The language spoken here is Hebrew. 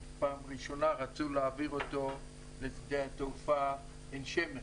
פעם ראשונה רצו להעביר אותו לשדה התעופה עין שמר.